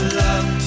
love